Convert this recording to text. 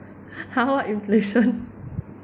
!huh! what inflation